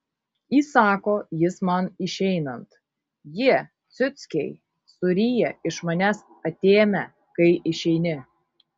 įsako jis man išeinant jie ciuckiai suryja iš manęs atėmę kai išeini